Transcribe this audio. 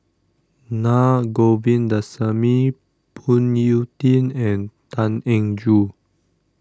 Naa Govindasamy Phoon Yew Tien and Tan Eng Joo